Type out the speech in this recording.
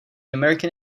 american